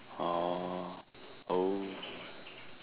oh oh